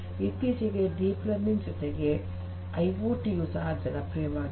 ಇತ್ತೀಚಿಗೆ deep learning ಜೊತೆಗೆ IoT ಯು ಸಹ ಜನಪ್ರಿಯವಾಗಿದೆ